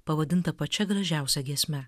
pavadinta pačia gražiausia giesme